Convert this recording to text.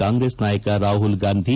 ಕಾಂಗ್ರೆಸ್ ನಾಯಕ ರಾಹುಲ್ ಗಾಂಧಿ